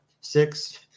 six